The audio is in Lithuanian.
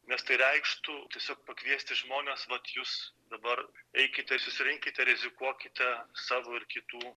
nes tai reikštų tiesiog pakviesti žmones vat jūs dabar eikite susirinkite rizikuokite savo ir kitų